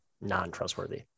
non-trustworthy